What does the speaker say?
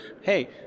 hey